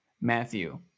Matthew